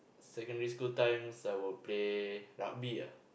secondary school times I will play rugby ah